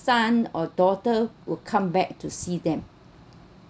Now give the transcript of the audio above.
son or daughter will come back to see them